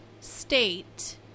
state